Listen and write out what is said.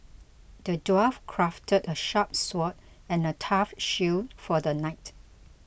the dwarf crafted a sharp sword and a tough shield for the knight